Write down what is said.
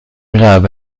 grave